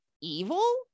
evil